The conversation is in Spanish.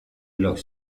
los